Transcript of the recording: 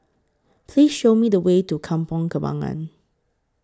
Please Show Me The Way to Kampong Kembangan